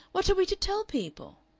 what are we to tell people?